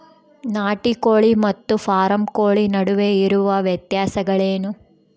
ನಾಟಿ ಕೋಳಿ ಮತ್ತು ಫಾರಂ ಕೋಳಿ ನಡುವೆ ಇರುವ ವ್ಯತ್ಯಾಸಗಳೇನು?